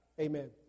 Amen